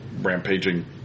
rampaging